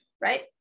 Right